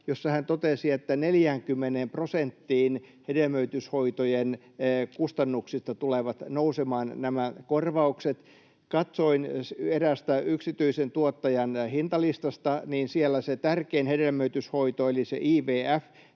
jossa hän totesi, että 40 prosenttiin hedelmöityshoitojen kustannuksista tulevat nousemaan nämä korvaukset. Katsoin eräästä yksityisen tuottajan hintalistasta, niin siellä se tärkein hedelmöityshoito, eli se IVF